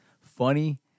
funny